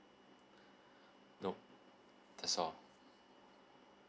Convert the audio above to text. no that's all